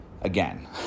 Again